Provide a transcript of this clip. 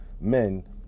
men